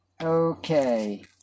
Okay